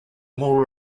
more